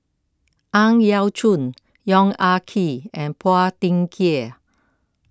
Ang Yau Choon Yong Ah Kee and Phua Thin Kiay